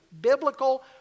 Biblical